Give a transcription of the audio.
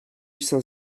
saint